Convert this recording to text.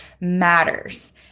matters